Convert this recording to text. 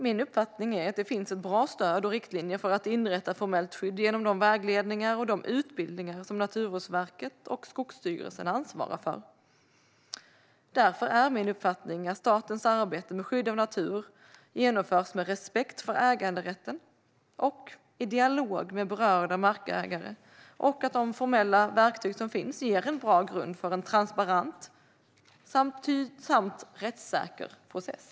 Min uppfattning är att det finns bra stöd och riktlinjer för att inrätta ett formellt skydd genom de vägledningar och utbildningar som Naturvårdsverket och Skogsstyrelsen ansvarar för. Därför är min uppfattning att statens arbete med skydd av natur genomförs med respekt för äganderätten och i dialog med berörda markägare och att de formella verktyg som finns ger en bra grund för en transparent samt rättssäker process.